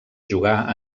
jugar